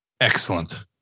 Excellent